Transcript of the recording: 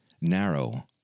narrow